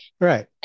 right